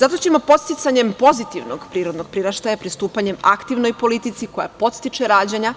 Zato ćemo podsticanjem pozitivnog prirodnog priraštaja, pristupanje aktivnoj politici koja podstiče rađanja,